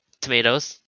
tomatoes